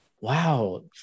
wow